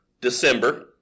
December